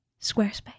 Squarespace